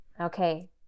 Okay